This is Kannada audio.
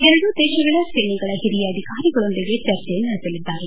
ಎರಡೂ ದೇಶಗಳ ಸೇನೆಗಳ ಹಿರಿಯ ಅಧಿಕಾರಿಗಳೊಂದಿಗೆ ಚರ್ಚೆ ನಡೆಸಲಿದ್ದಾರೆ